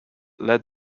led